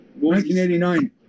1989